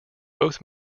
both